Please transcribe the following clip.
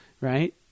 right